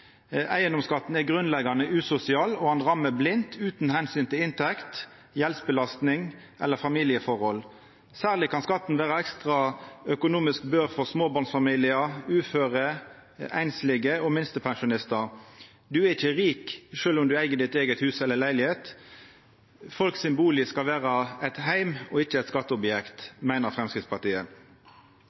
Eigedomsskatten er grunnleggjande usosial, og han råkar blindt utan omsyn til inntekt, gjeldsbelastning eller familieforhold. Særleg kan skatten vera ei ekstra økonomisk bør for småbarnsfamiliar, uføre, einslege og minstepensjonistar. Ein er ikkje rik sjølv om ein eig sitt eige hus eller si eiga leilegheit. Bustaden til folk skal vera ein heim, ikkje eit skatteobjekt, meiner Framstegspartiet.